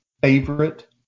favorite